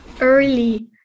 early